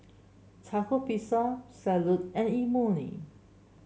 Taco Pizza Salad and Imoni